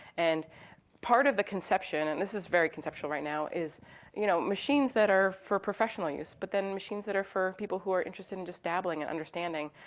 and part of the conception, and this is very conceptual right now, is you know machines that are for professional use, but then machines that are for people who are interested in just dabbling in understanding.